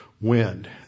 wind